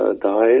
died